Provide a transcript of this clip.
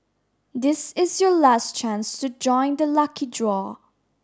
this is your last chance to join the lucky draw